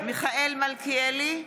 מיכאל מלכיאלי,